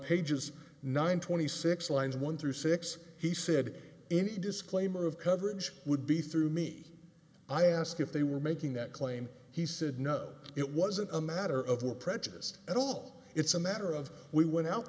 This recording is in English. pages nine twenty six lines one through six he said any disclaimer of coverage would be through me i asked if they were making that claim he said no it wasn't a matter of were prejudiced at all it's a matter of we went out